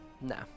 Nah